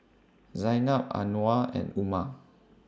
Zaynab Anuar and Umar